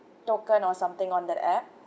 token or something on the app